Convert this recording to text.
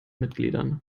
mitgliedern